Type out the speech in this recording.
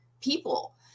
people